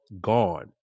gone